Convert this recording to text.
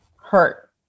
hurt